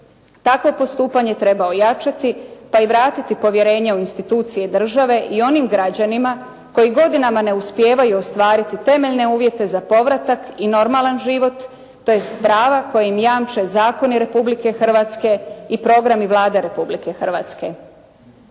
Tako postupanje treba ojačati pa i vratiti povjerenje u institucije države i onim građanima koji godinama ne uspijevaju ostvariti temeljne uvjete za povratak i normalan život tj. prava koja ima jamče zakoni Republike Hrvatske i programi Vlade Republike Hrvatske.